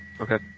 Okay